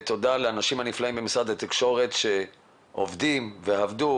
תודה לאנשים הנפלאים במשרד תקשורת שעובדים ועבדו